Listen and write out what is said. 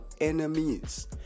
enemies